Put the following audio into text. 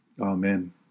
Amen